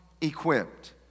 equipped